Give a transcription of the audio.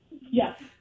Yes